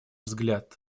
взгляд